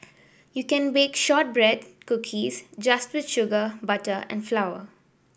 you can bake shortbread cookies just with sugar butter and flour